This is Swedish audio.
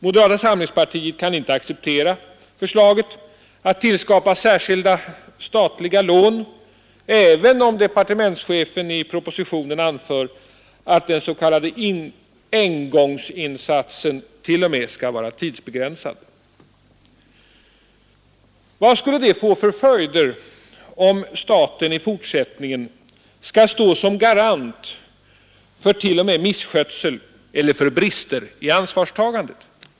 Moderata samlingspartiet kan inte acceptera förslaget att tillskapa särskilda statliga lån, även om departementschefen i propositionen anför att den s.k. engångsinsatsen t.o.m. skall vara tidsbegränsad. Vad skulle det få för följder om staten i fortsättningen skall stå som garant för t.o.m. misskötsel eller för brister i ansvarstagandet?